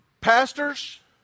pastors